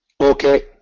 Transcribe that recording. Okay